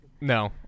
no